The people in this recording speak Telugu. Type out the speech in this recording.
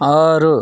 ఆరు